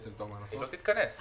יא לא תתכנס.